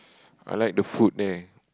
I like the food there